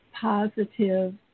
positive